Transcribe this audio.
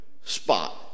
spot